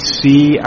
see